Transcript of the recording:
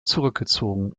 zurückgezogen